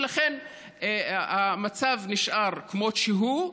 ולכן המצב נשאר כמות שהוא,